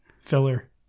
Filler